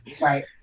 right